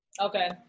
Okay